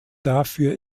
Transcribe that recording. dafür